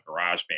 GarageBand